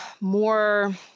more